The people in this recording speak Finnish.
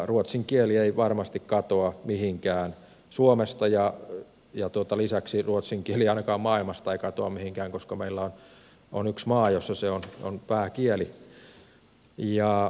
ruotsin kieli ei varmasti katoa mihinkään suomesta ja lisäksi ruotsin kieli ei ainakaan maailmasta katoa mihinkään koska meillä on yksi maa jossa se on pääkieli